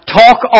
talk